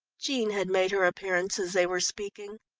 jean had made her appearance as they were speaking.